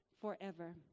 forever